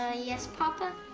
ah yes, papa?